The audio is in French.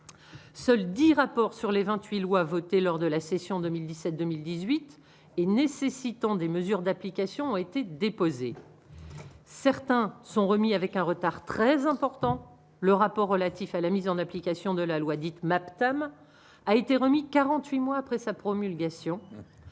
seuls 10 rapport sur les vingt-huit loi votées lors de la session 2017, 2018 et nécessitant des mesures d'application ont été déposées, certains sont remis avec un retard très important : le rapport relatif à la mise en application de la loi dite MAPTAM a été remis 48 mois après sa promulgation,